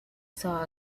saw